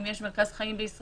אם יש מרכז חיים בישראל,